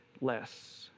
less